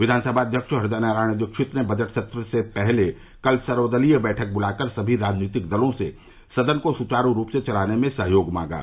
विधानसभा अध्यक्ष हदयनारायण दीक्षित ने बजट सत्र से पहले कल सर्वदलीय बैठक बुलाकर सभी राजनीतिक दलों से सदन को सुचारू रूप से चलाने में सहयोग मांगा